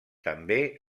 també